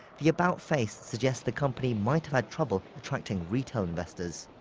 the about-face suggests the company might have had trouble attracting retail investors.